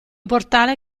portale